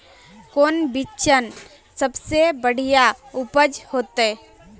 कौन बिचन सबसे बढ़िया उपज होते?